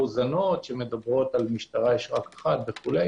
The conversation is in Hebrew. מאוזנות שמדברות על זה שמשטרה יש רק אחת וכו',